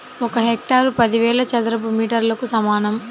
ఒక హెక్టారు పదివేల చదరపు మీటర్లకు సమానం